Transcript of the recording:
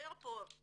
שדיבר פה זה